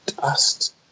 dust